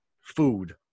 food